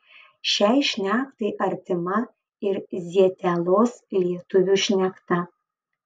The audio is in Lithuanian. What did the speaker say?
šiai šnektai artima ir zietelos lietuvių šnekta